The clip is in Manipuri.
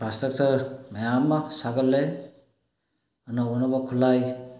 ꯏꯟꯐ꯭ꯔꯥ ꯁꯇ꯭ꯔꯛꯆꯔ ꯃꯌꯥꯝ ꯑꯃ ꯁꯥꯒꯠꯂꯦ ꯑꯅꯧ ꯑꯟꯧꯕ ꯈꯨꯠꯂꯥꯏ